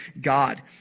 God